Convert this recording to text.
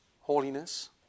holiness